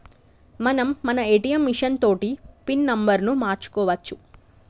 మనం మన ATM machine తోటి పిన్ నెంబర్ను మార్చుకోవచ్చు